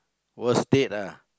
worst date ah